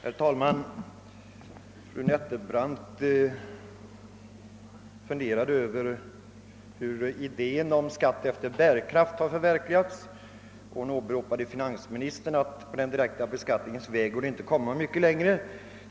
Herr talman! Fru Nettelbrandt funlerade över om idén om skatt efter bärsraft har förverkligats. Hon åberopade finansministerns ord att det på den direkta beskattningens väg inte går alt komma mycket längre.